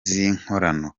z’inkorano